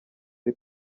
ari